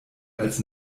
als